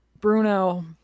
Bruno